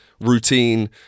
routine